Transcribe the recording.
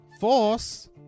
force